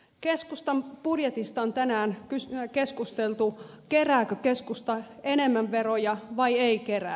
keskustan budjetista on tänään keskusteltu kerääkö keskusta enemmän veroja vai ei kerää